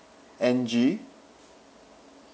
N G